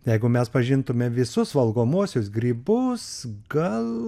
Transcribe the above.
jeigu mes pažintume visus valgomuosius grybus gal